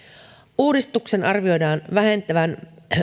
uudistuksen arvioidaan vähentävän